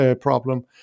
problem